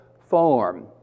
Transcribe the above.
form